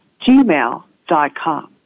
gmail.com